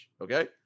Okay